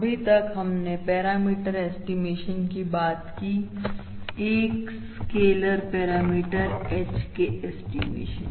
अभी तक हमने पैरामीटर ऐस्टीमेशन की बात की एक स्केलर पैरामीटर H के ऐस्टीमेशन की